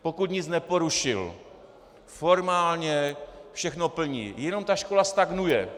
Pokud nic neporušil, formálně všechno plní, jenom ta škola stagnuje.